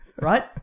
Right